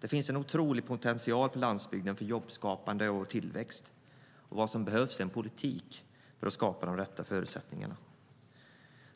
Det finns en otrolig potential på landsbygden för jobbskapande och tillväxt. Vad som behövs är en politik för att skapa de rätta förutsättningarna.